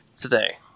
Today